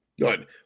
Good